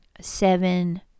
seven